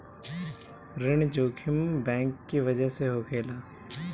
ऋण जोखिम बैंक की बजह से होखेला